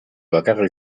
bakarra